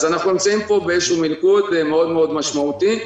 אז אנחנו נמצאים פה באיזשהו מלכוד משמעותי מאוד.